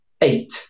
Eight